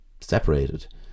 separated